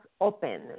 open